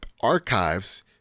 archives